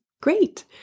great